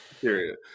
Period